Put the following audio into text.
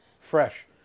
fresh